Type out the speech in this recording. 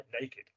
naked